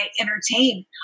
entertain